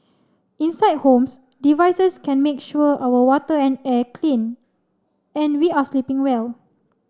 inside homes devices can make sure our water and air clean and we are sleeping well